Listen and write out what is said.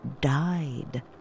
died